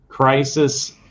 crisis